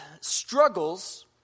struggles